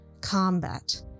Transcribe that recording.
combat